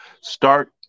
start